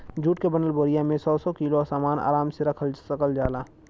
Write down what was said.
जुट क बनल बोरिया में सौ सौ किलो सामन आराम से रख सकल जाला